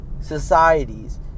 societies